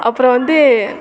அப்புறம் வந்து